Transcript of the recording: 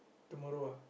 tomorrow ah